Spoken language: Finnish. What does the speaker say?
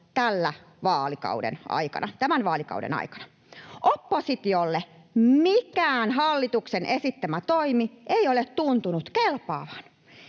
tämän vaalikauden aikana. Oppositiolle mikään hallituksen esittämä toimi ei ole tuntunut kelpaavan.